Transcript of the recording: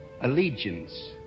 Allegiance